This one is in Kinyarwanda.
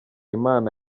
imana